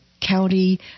county